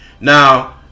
Now